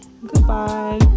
Goodbye